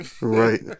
right